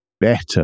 better